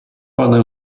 пане